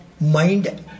mind